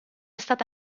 stata